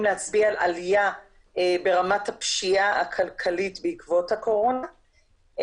להצביע על עלייה ברמת הפשיעה הכלכלית בעקבות הקורונה.